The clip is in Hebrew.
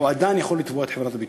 הוא עדיין יכול לתבוע את חברת הביטוח.